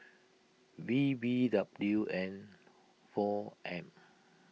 V B W N four M